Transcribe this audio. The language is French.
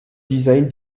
design